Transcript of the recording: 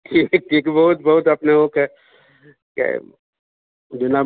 ठीक ठीक बहुत बहुत अपनेहोके के